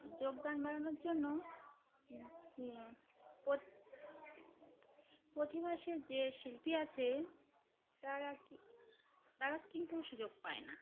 যোগদান বাড়ানোর জন্য প প্রতিবাসীর যে শিল্পী আছে তারা কি তারা কিন্তু সুযোগ পায় না